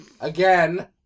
again